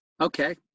Okay